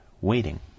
waiting